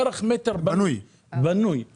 ערך מטר בנוי לא